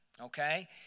Okay